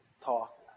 Talk